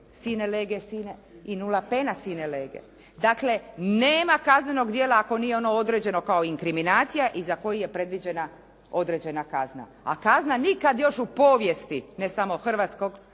stoljeća … /Nema prijevoda./ … dakle nema kaznenog djela ako nije ono određeno kao inkriminacija i za koji je predviđena određena kazna, a kazna nikad još u povijesti ne samo Hrvatske,